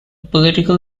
political